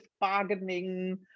bargaining